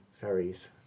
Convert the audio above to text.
Ferries